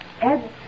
Ed